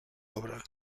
obra